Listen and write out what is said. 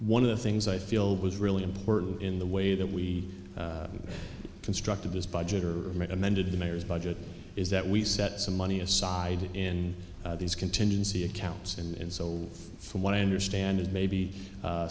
one of the things i feel was really important in the way that we constructed this budget or amended the mayor's budget is that we set some money aside in these contingency accounts and so from what i understand and maybe